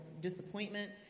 disappointment